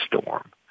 storm